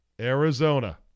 Arizona